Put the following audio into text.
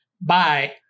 bye